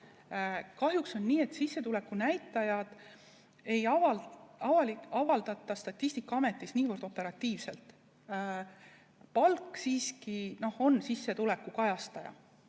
Kahjuks on nii, et sissetuleku näitajaid ei avaldata Statistikaametis niivõrd operatiivselt. Palk siiski on sissetuleku kajastaja.